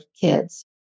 kids